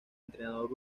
entrenador